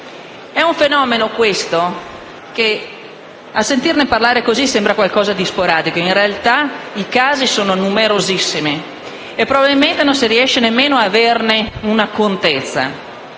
È un fenomeno, questo, che a sentirne parlare così sembra qualcosa di sporadico. In realtà i casi sono numerosissimi e probabilmente non si riesce nemmeno ad averne contezza.